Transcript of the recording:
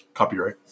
copyright